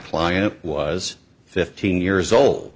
client was fifteen years old